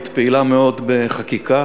היית פעילה מאוד בחקיקה,